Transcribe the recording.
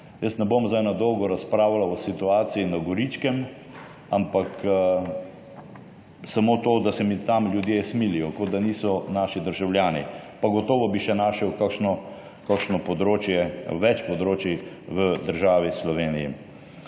Jaz ne bom zdaj na dolgo razpravljal o situaciji na Goričkem, ampak samo to, da se mi tam ljudje smilijo. Kot da niso naši državljani. Pa gotovo bi še našel kakšno področje oziroma več področij v državi Sloveniji.